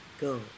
Go